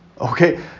Okay